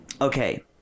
okay